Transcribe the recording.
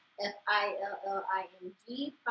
F-I-L-L-I-N-G